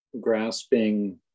grasping